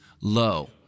low